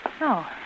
No